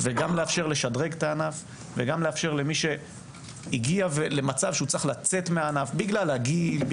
גם לאפשר לשדרג את הענף וגם לאפשר למי שהגיע למצב שרוצה לצאת מהענף לצאת